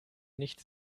nicht